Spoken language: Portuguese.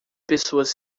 pessoas